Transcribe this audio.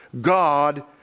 God